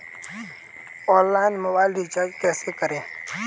Online mobile recharge कैसे करें?